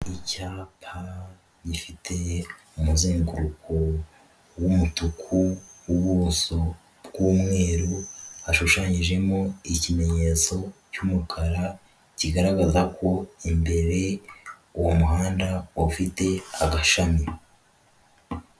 Icyapa gifite umuzenguruko w'umutuku w'ubuso bw'umweru, hashushanyijemo ikimenyetso cy'umukara kigaragaza ko imbere uwo muhanda ufite agashami.